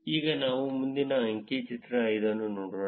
ಈಗ ನಾವು ಮುಂದಿನ ಅಂಕಿ ಚಿತ್ರ 5 ಅನ್ನು ನೋಡೋಣ